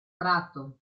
prato